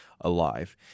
alive